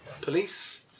police